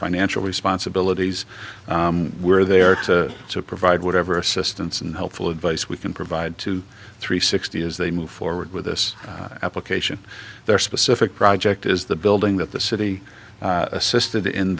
financial responsibilities we're there to provide whatever assistance and helpful advice we can provide to three sixty as they move forward with this application their specific project is the building that the city assisted in